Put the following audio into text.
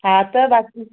हा त बाक़ी